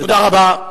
תודה רבה.